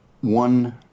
one